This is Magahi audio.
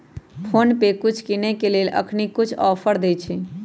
फोनपे कुछ किनेय के लेल अखनी कुछ ऑफर देँइ छइ